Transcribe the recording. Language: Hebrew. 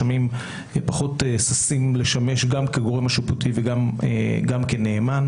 פחות ששים לשמש גם כגורם השיפוטי וגם כנאמן.